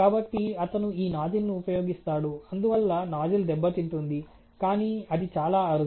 కాబట్టి అతను ఈ నాజిల్ను ఉపయోగిస్తాడు అందువల్ల నాజిల్ దెబ్బతింటుంది కానీ అది చాలా అరుదు